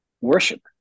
worship